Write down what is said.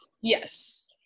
yes